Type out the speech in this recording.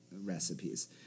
Recipes